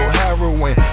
heroin